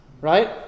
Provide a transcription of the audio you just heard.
right